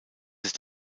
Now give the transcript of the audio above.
ist